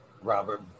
Robert